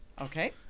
Okay